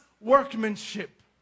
workmanship